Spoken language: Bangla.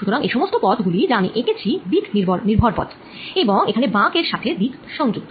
সুতরাং এই সমস্ত পথ গুলি যা আমি এঁকেছি দিক নির্ভর পথ এবং এখানে বাঁক এর সাথে দিক সংযুক্ত